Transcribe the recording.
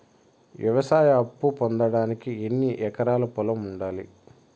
వ్యవసాయ అప్పు పొందడానికి ఎన్ని ఎకరాల పొలం ఉండాలి?